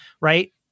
right